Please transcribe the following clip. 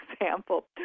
example